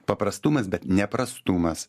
paprastumas bet ne prastumas